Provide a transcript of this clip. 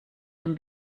dem